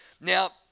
now